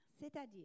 C'est-à-dire